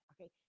Okay